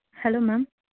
hello ma'am